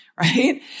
right